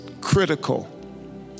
critical